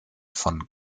von